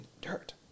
dirt